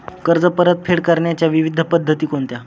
कर्ज परतफेड करण्याच्या विविध पद्धती कोणत्या?